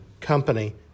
company